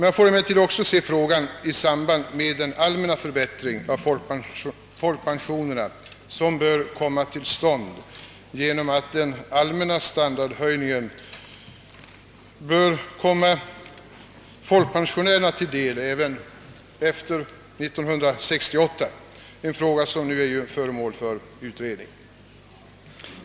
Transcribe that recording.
Man får emellertid också se frågan i samband med den allmänna förbättring av folkpensionerna, som bör komma till stånd genom att den allmänna standardhöjningen bör komma folkpensionärerna till del även efter 1968, en fråga som nu för statens del är föremål för utredning.